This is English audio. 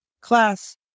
class